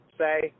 say